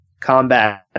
combat